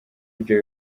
ibyo